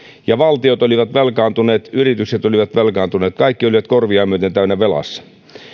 ja valtiot olivat velkaantuneet yritykset olivat velkaantuneet kaikki olivat korviaan myöten velassa